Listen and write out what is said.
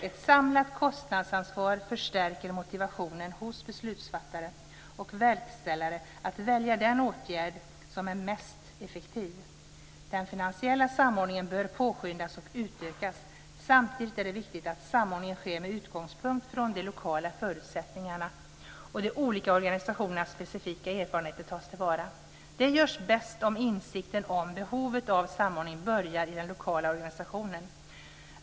Ett samlat kostnadsansvar förstärker motivationen hos beslutsfattare och verkställare att välja den åtgärd som är mest effektiv. Den finansiella samordningen bör påskyndas och utökas. Samtidigt är det viktigt att samordningen sker med utgångspunkt från de lokala förutsättningarna och att de olika organisationernas specifika erfarenheter tas till vara. Det görs bäst om insikten om behovet av samordning börjar i den lokala organisationen.